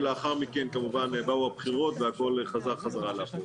ולאחר מכן כמובן שבאו הבחירות והכל חזר בחזרה לאחור.